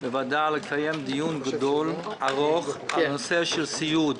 בוועדה לקיים דיון גדול, ארוך בנושא הסיעוד.